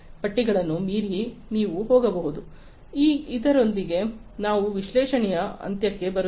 ಆದ್ದರಿಂದ ಇದರೊಂದಿಗೆ ನಾವು ವಿಶ್ಲೇಷಣೆಯ ಅಂತ್ಯಕ್ಕೆ ಬರುತ್ತೇವೆ